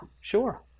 sure